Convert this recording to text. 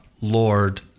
Lord